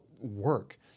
work